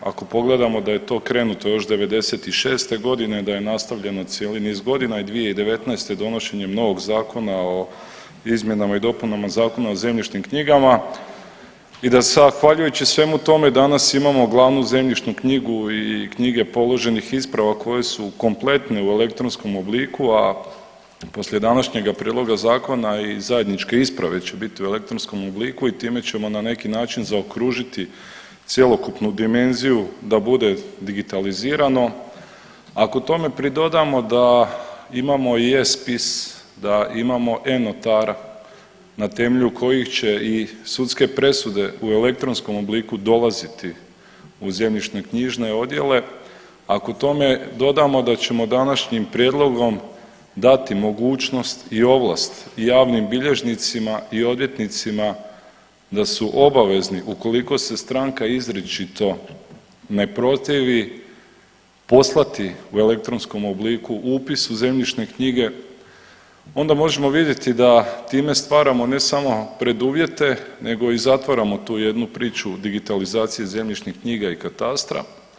Ako pogledamo da je to krenuto još '96.g. da je nastavljeno cijeli niz godina i 2019. donošenjem novog Zakona o izmjenama i dopunama Zakona o zemljišnim knjigama i da zahvaljujući svemu tome danas imamo glavnu zemljišnu knjigu i knjigu položenih isprava koje su kompletne u elektronskom obliku, a poslije današnjega prijedloga zakona i zajedničke isprave će biti u elektronskom obliku i time ćemo na neki način zaokružiti cjelokupnu dimenziju da bude digitalizirano, ako tome pridodamo da imamo i eSpis, da imamo eNotara na temelju kojih će i sudske presude u elektronskom obliku dolaziti u zemljišno-knjižne odjele, ako tome dodamo da ćemo današnjim prijedlogom dati mogućnost i ovlast javnim bilježnicima i odvjetnicima da su obavezni ukoliko se stranka izričito ne protivi poslati u elektronskom obliku upis u zemljišne knjige, onda možemo vidjeti da time stvaramo ne samo preduvjete nego i zatvaramo tu jednu priču o digitalizaciji zemljišnih knjiga i katastra.